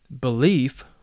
belief